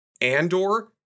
Andor